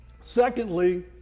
secondly